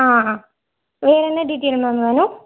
ஆ வேறு என்ன detail ma'am வேணும்